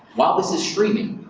while this is streaming,